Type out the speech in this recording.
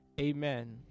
amen